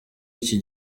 iki